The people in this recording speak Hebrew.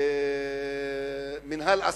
למינהל עסקים,